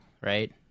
right